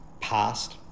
past